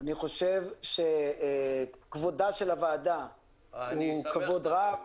אני חושב שכבודה של הוועדה הוא כבוד רב,